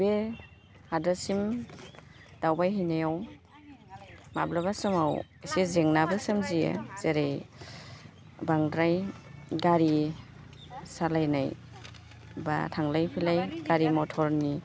बे हादरसिम दावबायहैनायाव माब्लाबा समाव एसे जेंनाबो सोमजियो जेरै बांद्राय गारि सालायनाय बा थांलाय फैलाय गारि मटरनि